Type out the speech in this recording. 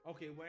Okay